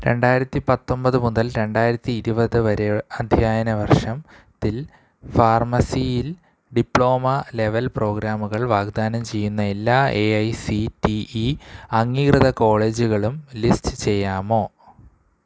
രണ്ടായിരത്തി പത്തൊൻപത് മുതൽ രണ്ടായിരത്തി ഇരുപത് വരെ അദ്ധ്യയന വർഷത്തിൽ ഫാർമസിയിൽ ഡിപ്ലോമ ലെവൽ പ്രോഗ്രാമുകൾ വാഗ്ദാനം ചെയ്യുന്ന എല്ലാ A I C T E അംഗീകൃത കോളേജുകളും ലിസ്റ്റ് ചെയ്യാമോ